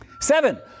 Seven